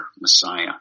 Messiah